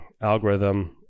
algorithm